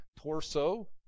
torso